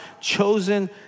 chosen